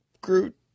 Groot